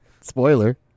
Spoiler